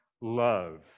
love